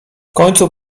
końcu